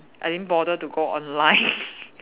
I didn't bother to go online